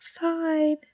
fine